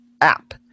app